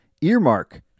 Earmark